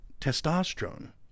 testosterone